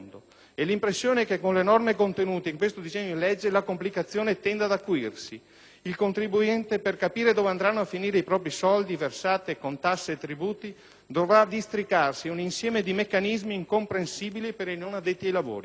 e l'impressione è che, con le norme contenute in questo disegno di legge, la complicazione tenda ad acuirsi. Il contribuente, per capire dove andranno a finire i propri soldi, versati con tasse e tributi, dovrà districarsi in un insieme di meccanismi incomprensibili per i non addetti ai lavori.